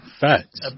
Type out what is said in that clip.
facts